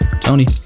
Tony